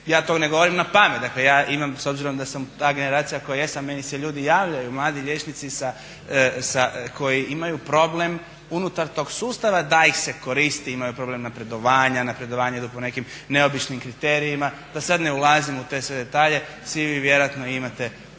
Ja to ne govorim napamet, dakle ja imam s obzirom da sam ta generacija koja jesam meni se ljudi javljaju, mladi liječnici koji imaju problem unutar tog sustava da ih se koristi, imaju problem napredovanja, napredovanja idu po nekim neobičnim kriterijima da sad ne ulazim u te sve detalje, svi vi vjerojatno imate ta